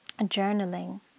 journaling